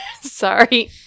Sorry